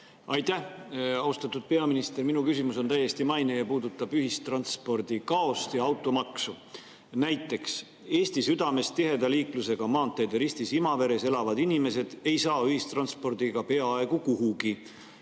Aitäh! Austatud peaminister! Minu küsimus on täiesti maine ja puudutab ühistranspordikaost ja automaksu. Näiteks, Eesti südames tiheda liiklusega maanteede ristis Imaveres elavad inimesed ei saa ühistranspordiga peaaegu kuhugi.